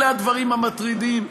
אלה הדברים המטרידים,